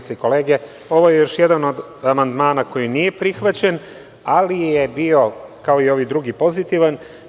Poštovane koleginice i kolege, ovo je još jedan od amandmana koji nije prihvaćen, ali je bio, kao i ovi drugi pozitivan.